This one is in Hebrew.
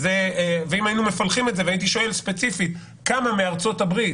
אם היינו מפלחים את זה והייתי שואל ספציפית כמה מארצות הברית